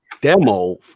demo